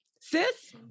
Sis